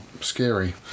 scary